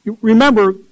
Remember